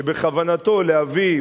שבכוונתו להביא,